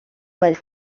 was